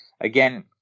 Again